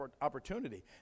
opportunity